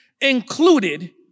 included